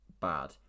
bad